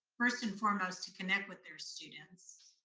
first and foremost, to connect with their students,